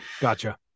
gotcha